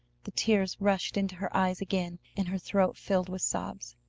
the tears rushed into her eyes again, and her throat filled with sobs.